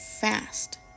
fast